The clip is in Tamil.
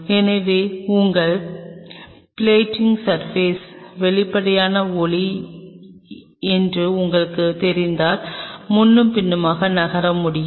எனவே உங்கள் பிளாட்டிங் சர்பாஸ் வெளிப்படையான ஒளி என்று உங்களுக்குத் தெரிந்தால் முன்னும் பின்னுமாக நகர முடியும்